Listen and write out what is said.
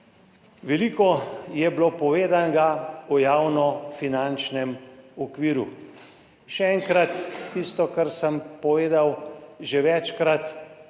Veliko je bilo povedanega o javnofinančnem okviru. Še enkrat, tisto, kar sem povedal že večkrat,